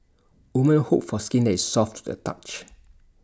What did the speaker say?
women hope for skin that is soft to the touch